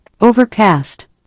Overcast